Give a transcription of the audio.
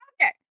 Okay